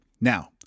Now